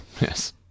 yes